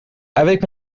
avec